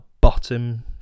bottom